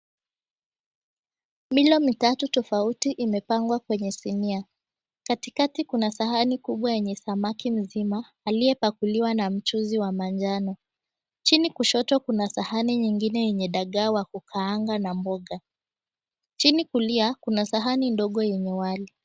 Milo mitatu tofauti imepangwa kwenye sinia. Katikati kuna sahani kubwa yenye samaki mzima aliyepakuliwa na mchuzi wa manjano. Chini kushoto kuna sahani nyingine yenye dagaa wa kukaanga na mboga. Chini kulia kuna sahani ndogo yenye wali.